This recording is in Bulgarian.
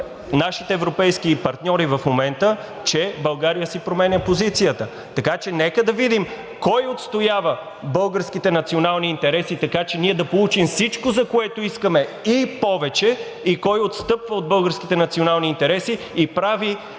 нашите европейски партньори в момента, че България си променя позицията. Нека да видим кой отстоява българските национални интереси така че ние да получим всичко, за което искаме, и повече, и кой отстъпва от българските национални интереси и прави